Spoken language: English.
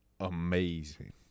amazing